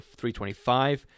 325